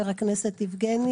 יבגני